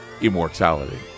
immortality